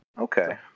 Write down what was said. Okay